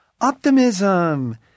optimism